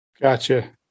Gotcha